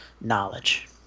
knowledge